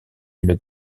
une